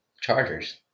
Chargers